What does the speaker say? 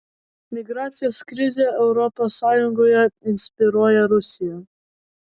migracijos krizę europos sąjungoje inspiruoja rusija